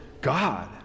God